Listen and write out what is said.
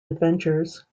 adventures